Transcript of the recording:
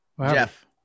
Jeff